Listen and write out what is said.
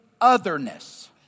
otherness